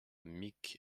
mike